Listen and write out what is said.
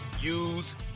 use